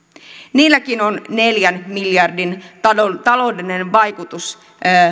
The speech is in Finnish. niilläkin on neljän miljardin taloudellinen vaikutus